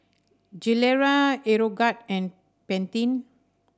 Gilera Aeroguard and Pantene